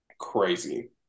crazy